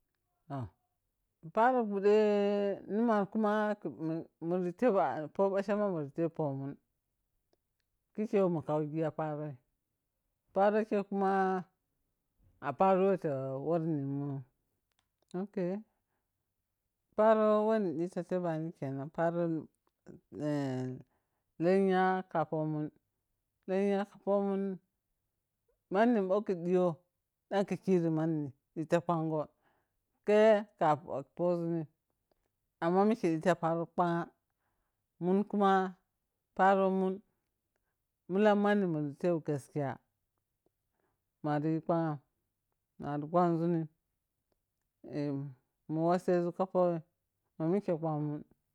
Ah paro gude numan kuma khi muri tebi po bachama muri tebi pomun khikke whe mun kaugi ya paroi, paro khei kuma ah paro whe ta warnimun ok, paaro whe nidita tebani kenan paro eh lenya ka pomun lenya ka pomun manni bho ka diyou ɗan ka kiri manni dhiti kwamgo khe ka poȝunni amma mike dhih paro kwo nya mankuma paromun milam manni muri tebi gaskiya mariyi kwamaan mari kwamȝuin mun wasse ȝum ka kwam in ma mike kwammun.